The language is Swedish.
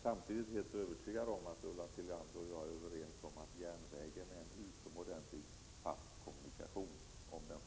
Samtidigt är jag dock helt övertygad om att Ulla Tillander och jag är överens om att järnvägen är en utomordentlig fast kommunikation, om trafiken leds genom en tunnel.